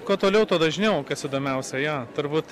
kuo toliau tuo dažniau kas įdomiausia jo turbūt